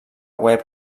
web